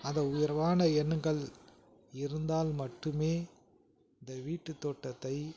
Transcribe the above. அந்த உயர்வான எண்ணங்கள் இருந்தால் மட்டுமே இந்த வீட்டு தோட்டத்தை